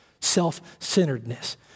Self-centeredness